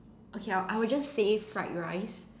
okay I will I will just say fried rice